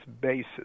basis